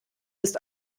ist